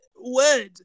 Word